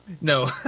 No